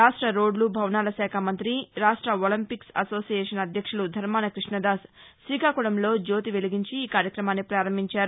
రాష్ట రోడ్లు భవనాల శాఖ మంతి రాష్ట ఒలింపిక్స్ అసోసియేషన్ అధ్యక్షులు ధర్మాన కృష్ణదాస్ శ్రీకాకుళంలో జ్యోతి వెలిగించి ఈ కార్యక్రమాన్ని ప్రారంభించారు